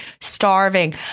starving